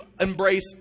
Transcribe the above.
embrace